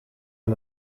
aan